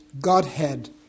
Godhead